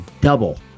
double